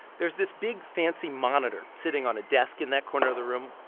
there's this big fancy monitor sitting on a desk in that corner of the room.